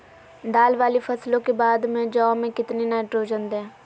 दाल वाली फसलों के बाद में जौ में कितनी नाइट्रोजन दें?